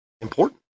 important